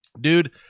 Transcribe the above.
dude